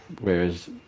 whereas